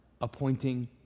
Appointing